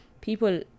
people